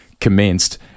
commenced